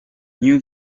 new